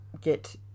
get